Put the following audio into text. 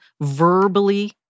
verbally